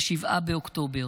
ל-7 באוקטובר,